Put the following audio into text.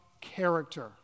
character